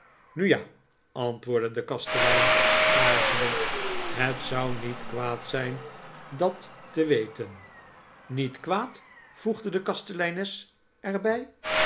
ja antwoordde de kastelein aarzelend het zou niet kwaad zijn dat te weten niet kwaad voegde de kasteleines er bij